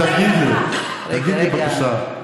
אמרתי: תגיד לי, תגיד לי בבקשה,